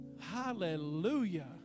Hallelujah